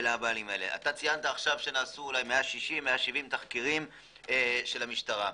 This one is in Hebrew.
ציינת שנעשו 165 תחקירים של המשטרה.